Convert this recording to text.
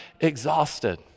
exhausted